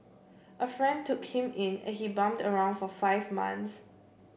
a friend took him in and he bummed around for five months